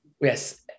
Yes